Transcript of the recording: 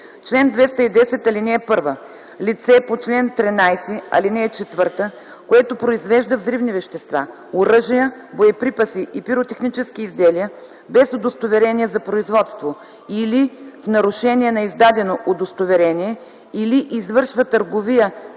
чл. 210: „Чл. 210. (1) Лице по чл. 13, ал. 4, което произвежда взривни вещества, оръжия, боеприпаси и пиротехнически изделия без удостоверение за производство или в нарушение на издадено удостоверение или извършва търговия